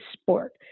sport